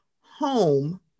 home